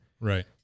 Right